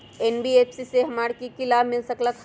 NBFC से हमार की की लाभ मिल सक?